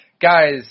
guys